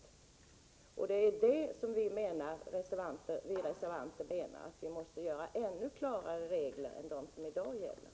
Det är därför vi reservanter menar att vi måste åstadkomma ännu klarare regler än dem som i dag gäller.